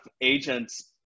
agents